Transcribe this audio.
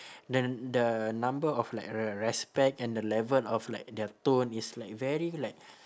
then the number of like re~ respect and the level of like their tone is like very like